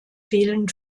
fehlen